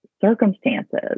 circumstances